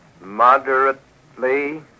moderately